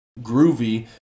groovy